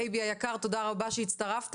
אייבי היקר, תודה רבה שהצטרפת.